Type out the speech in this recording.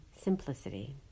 simplicity